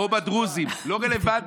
או הדרוזים, לא רלוונטי.